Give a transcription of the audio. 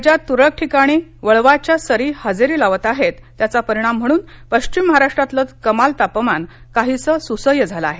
राज्यात तुरळक ठिकाणी वळवाच्या सरी हजेरी लावताहेत त्याचा परिणाम म्हणून पश्चिम महाराष्ट्रातलं कमाल तापमान काहीसं सुसह्य झालं आहे